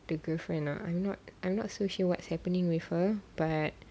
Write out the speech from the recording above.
the girlfriend lah I'm not I'm not so sure what's happening with her but